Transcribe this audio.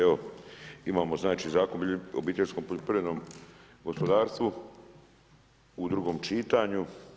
Evo imamo znači Zakon o obiteljskom poljoprivrednom gospodarstvu u drugom čitanju.